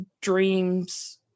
dreams